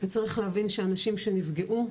וצריך להבין שאנשים שנפגעו,